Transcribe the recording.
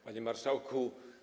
Panie Marszałku!